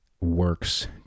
works